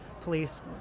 police